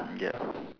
ya